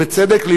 ובצדק,